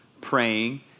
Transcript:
praying